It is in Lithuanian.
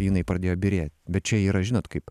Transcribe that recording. jinai pradėjo byrė bet čia yra žinot kaip